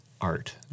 art